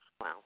Wow